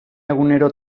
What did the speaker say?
egunero